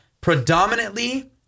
Predominantly